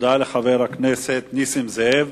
תודה לחבר הכנסת נסים זאב.